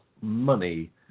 money